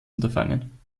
unterfangen